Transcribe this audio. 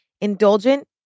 Indulgent